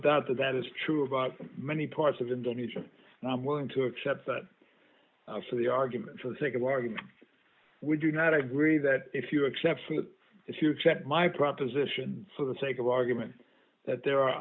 doubt that that is true about many parts of indonesia and i'm willing to accept that for the argument for the sake of argument would you not agree that if you accept if you accept my proposition for the sake of argument that there are